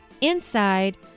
inside